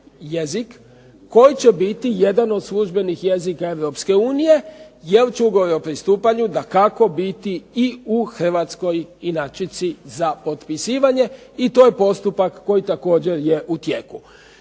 jezik koji će biti jedan od službenih jezika Europske unije, jer će ugovori o pristupanju dakako biti i u hrvatskoj inačici za potpisivanje i to je postupak koji također je u tijeku.